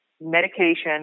medication